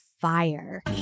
fire